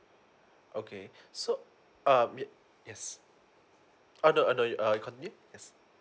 okay so um yes oh no oh no you continue yes